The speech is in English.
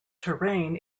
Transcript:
terrain